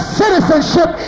citizenship